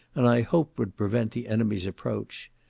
and i hoped would prevent the enemy's approach,